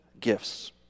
gifts